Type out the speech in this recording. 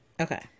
okay